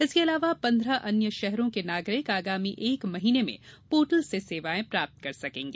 इसके अलावा पंद्रह अन्य शहरों के नागरिक आगामी एक महीने में पोर्टल से सेवाएं प्राप्त कर सकेंगे